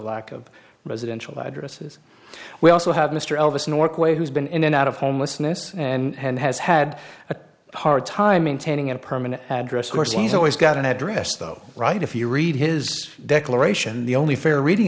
lack of residential addresses we also have mr elvis nork way who's been in and out of homelessness and has had a hard time intending a permanent address course he's always got an address though right if you read his declaration the only fair reading